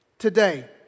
today